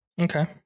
Okay